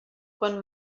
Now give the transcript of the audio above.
quan